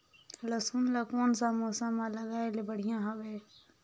लसुन ला कोन सा मौसम मां लगाय ले बढ़िया हवे?